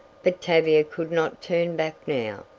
but tavia could not turn back now.